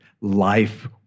life